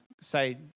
say